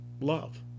love